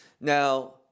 now